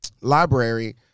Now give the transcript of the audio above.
library